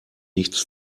nichts